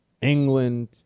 England